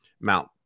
mount